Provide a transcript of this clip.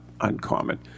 uncommon